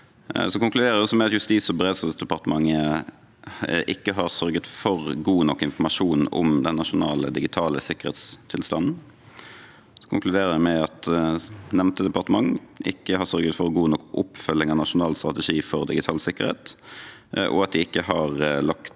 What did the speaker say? Det konkluderes også med at Justis- og beredskapsdepartementet ikke har sørget for god nok informasjon om den nasjonale digitale sikkerhetstilstanden. Videre konkluderes det med at nevnte departement ikke har sørget for god nok oppfølging av Nasjonal strategi for digital sikkerhet, og at de ikke har lagt